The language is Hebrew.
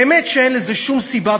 באמת שאין לזה שום סיבה.